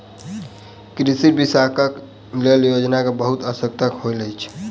कृषि विकासक लेल योजना के बहुत आवश्यकता होइत अछि